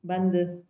बंदि